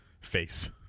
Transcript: Face